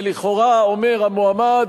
ולכאורה אומר המועמד,